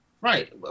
Right